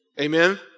Amen